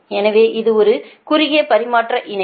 எனவே இது ஒரு குறுகிய பரிமாற்றக் இணைப்பு